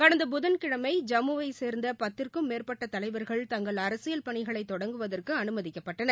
கடந்த புதன்கிழமை ஜம்மு வைச் சேர்ந்த பத்துக்கும் மேற்பட்ட தலைவர்கள் தங்கள் அரசியல் பணிகளை தொடர்வதாற்கு அனுமதிக்கப்பட்டனர்